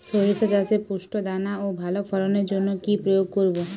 শরিষা চাষে পুষ্ট দানা ও ভালো ফলনের জন্য কি প্রয়োগ করব?